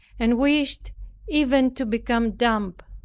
and wished even to become dumb,